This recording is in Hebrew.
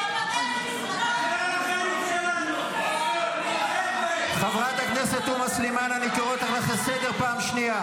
להוציא את חבר הכנסת איימן עודה מהמליאה.